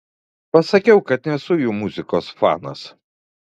pasakiau kad nesu jų muzikos fanas